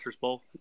Bowl